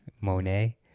Monet